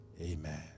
amen